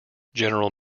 general